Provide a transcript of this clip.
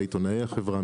עיתונאי החברה,